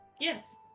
Yes